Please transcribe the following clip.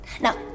Now